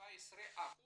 כ-17%